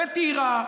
בטירה,